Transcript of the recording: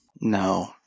No